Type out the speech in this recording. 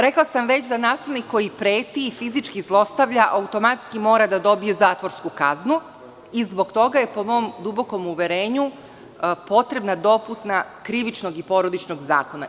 Rekla sam već da nasilnik koji preti i fizički zlostavlja, automatski mora da dobije zatvorsku kaznu i zbog toga je po mom dubokom uverenju potrebna dopuna Krivičnog i Porodičnog zakona.